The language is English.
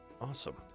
Awesome